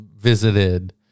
visited